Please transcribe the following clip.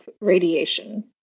radiation